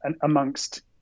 amongst